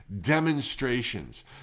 demonstrations